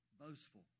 boastful